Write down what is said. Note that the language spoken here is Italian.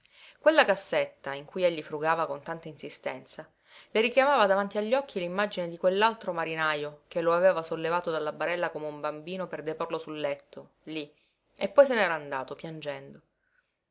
quella cassetta in cui egli frugava con tanta insistenza le richiamava davanti agli occhi l'immagine di quell'altro marinajo che lo aveva sollevato dalla barella come un bambino per deporlo sul letto lí e poi se n'era andato piangendo